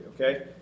Okay